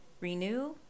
renew